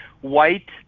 white